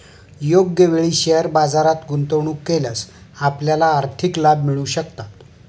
योग्य वेळी शेअर बाजारात गुंतवणूक केल्यास आपल्याला आर्थिक लाभ मिळू शकतात